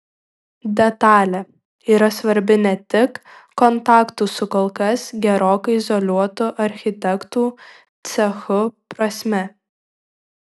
detalė yra svarbi ne tik kontaktų su kol kas gerokai izoliuotu architektų cechu prasme